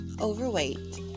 overweight